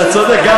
אתה צודק.